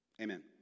Amen